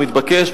הוא מתבקש,